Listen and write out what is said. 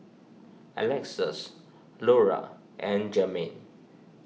Alexus Lura and Jermaine